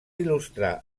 il·lustrar